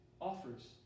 offers